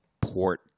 port